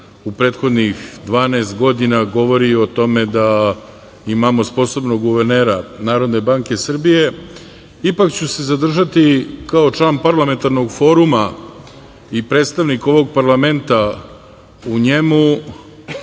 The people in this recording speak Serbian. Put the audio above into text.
u prethodnih dvanaest godina govori i o tome da imamo sposobnog guvernera Narodne banke Srbije, ipak ću se zadržati kao član Parlamentarnog foruma i predstavnik ovog parlamenta u njemu,